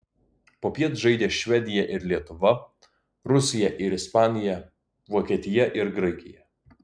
popiet žaidė švedija ir lietuva rusija ir ispanija vokietija ir graikija